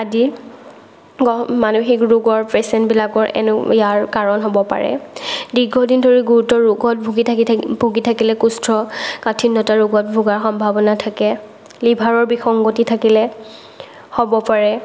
আদি মানসিক ৰোগৰ পেছেণ্টবিলাকৰ ইয়াৰ কাৰণ হ'ব পাৰে দীৰ্ঘদিন ধৰি গুৰুতৰ ৰোগত ভোগি থাকি ভোগি থাকিলে কৌষ্ঠকাঠিন্যতা ৰোগত ভোগাৰ সম্ভাৱনা থাকে লিভাৰৰ বিসংগতি থাকিলে হ'ব পাৰে